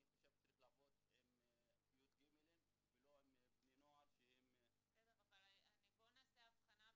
אני חושב שצריך לעבוד עם י"ג ולא עם בני נוער שהם --- בוא נעשה הבחנה,